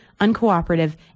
uncooperative